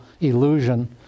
illusion